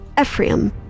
Ephraim